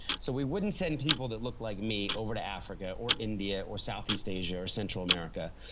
so, we wouldn't send people that looked like me over to africa, or india, or south east asia, or central america.